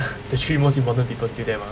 the three most important people still there mah